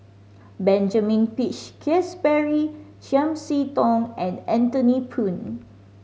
Benjamin Peach Keasberry Chiam See Tong and Anthony Poon